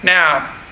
Now